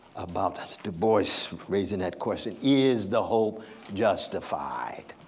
about du bois raising that question? is the hope justified?